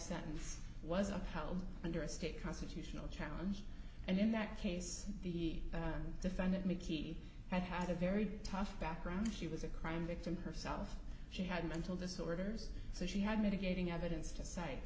sentence was upheld under a state constitutional challenge and in that case the defendant mickey had had a very tough background she was a crime victim herself she had mental disorders so she had mitigating evidence to